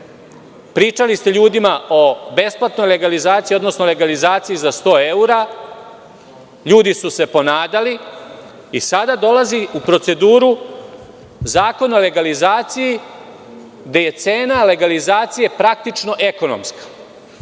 Pričali ste ljudima o besplatnoj legalizaciji, odnosno o legalizaciji za 100 evra. Ljudi su se ponadali i sada dolazi u proceduru Zakon o legalizaciji gde je cena legalizacije praktično ekonomska,